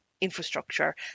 infrastructure